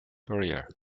career